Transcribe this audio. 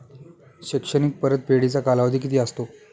शैक्षणिक परतफेडीचा कालावधी किती असतो?